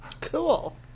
Cool